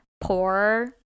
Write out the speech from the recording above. poor